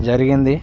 జరిగింది